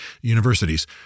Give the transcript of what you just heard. universities